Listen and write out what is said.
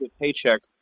paycheck